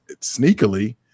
sneakily